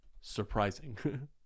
surprising